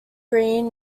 green